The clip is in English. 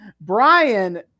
Brian